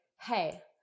hey